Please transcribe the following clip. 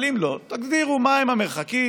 אבל אם לא, תגדירו מהם המרחקים,